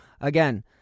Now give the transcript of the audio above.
again